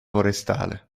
forestale